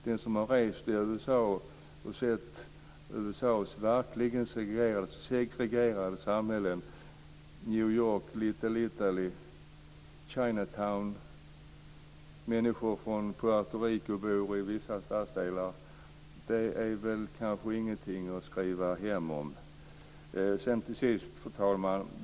Den som har rest i USA och sett USA:s verkligt segregerade samhällen, som New York med Little Italy och Chinatown, där människor från Puerto Rico bor i vissa stadsdelar, tycker nog inte att det är någonting att skriva hem om. Fru talman!